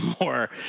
more